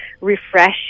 refresh